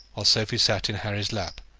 while sophy sat in harry's lap,